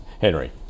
Henry